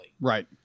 Right